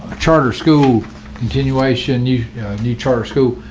charter school graduation you new charter school?